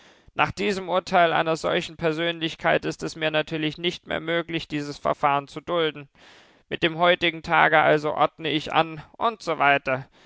nach diesem urteil einer solchen persönlichkeit ist es mir natürlich nicht mehr möglich dieses verfahren zu dulden mit dem heutigen tage also ordne ich an und so weiter